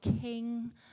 King